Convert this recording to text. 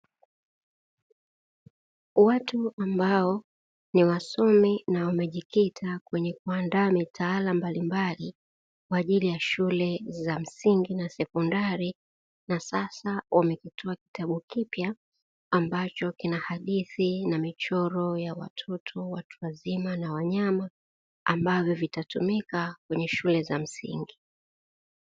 Watu ambao ni wasomi na wamejikita kwenye kuandaa mitaala mbalimbali kwa ajili ya shule za msingi na sekondari, na sasa wamezindua kitabu kipya ambacho kina hadithi na michoro ya watoto wazima na wanyama ambavyo vitatumika kwenye shule za msingi.